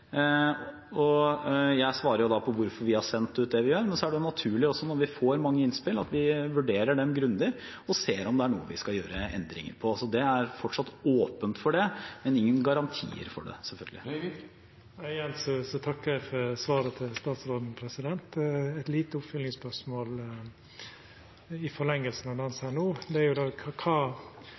naturlig, når vi får mange innspill, at vi vurderer dem grundig og ser om det er noe vi skal gjøre endringer på. Det er fortsatt åpent for det, men ingen garantier, selvfølgelig. Igjen takkar eg for svaret til statsråden. Eit lite oppfølgingsspørsmål i forlenginga av det han sa no: Kva tenkjer eller meiner statsråden i så fall vil vera det